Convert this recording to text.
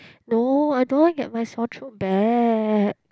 no I don't want get my sore throat back